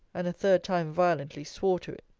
and a third time violently swore to it.